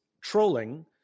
trolling